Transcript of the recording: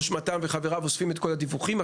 ראש מת״מ וחבריו אוספים את כל הנתונים על בסיס יומי,